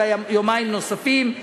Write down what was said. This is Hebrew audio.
אלא יומיים נוספים.